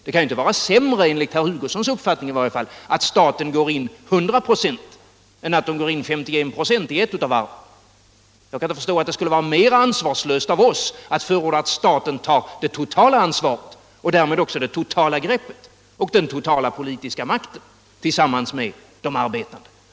Det kan ju inte vara sämre, enligt herr Hugossons uppfattning i varje fall, att staten går in till 100 96 än att staten går in till 51 96 i ett av varven. Jag kan inte förstå att det skulle vara mera ansvarslöst av oss att förorda att staten tar det totala ansvaret och därmed också det totala greppet och den totala politiska makten tillsammans med de arbetande.